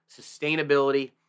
sustainability